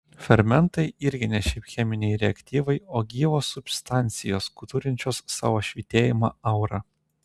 fermentai irgi ne šiaip cheminiai reaktyvai o gyvos substancijos turinčios savo švytėjimą aurą